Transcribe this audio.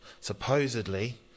supposedly